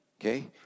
Okay